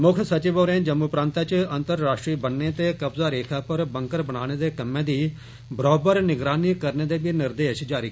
मुक्ख संचिव होरें जम्मू प्रांतै च अंतर्राष्ट्रीय ब'न्ने ते कब्जा रेखा पर बंकर बनाने दे कम्मै दी बरोबर निगरानी करने दे बी निर्देश दित्ते